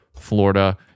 florida